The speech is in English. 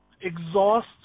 exhaust